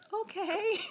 okay